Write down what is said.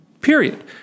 period